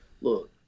look